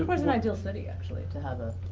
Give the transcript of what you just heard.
but is an ideal city, actually, to have a.